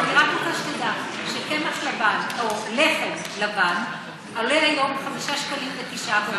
אבל אני רק רוצה שתדע שקמח לבן או לחם לבן עולה היום 5.09 שקלים,